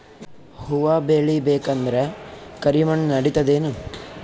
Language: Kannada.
ಹುವ ಬೇಳಿ ಬೇಕಂದ್ರ ಕರಿಮಣ್ ನಡಿತದೇನು?